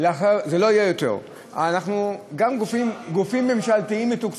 מה עם הכנסת?